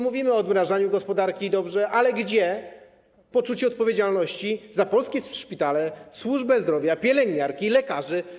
Mówimy o odmrażaniu gospodarki - i dobrze - ale gdzie poczucie odpowiedzialności za polskie szpitale, służbę zdrowia, pielęgniarki, lekarzy?